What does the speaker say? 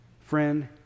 friend